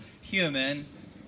human